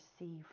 receive